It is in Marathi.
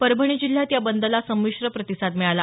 परभणी जिल्ह्यात या बंदला संमिश्र प्रतिसाद मिळाला